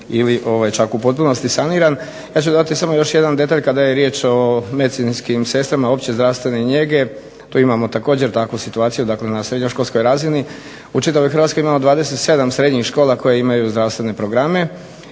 Hrvatskoj imamo 27 srednjih škola koje imaju zdravstvene programe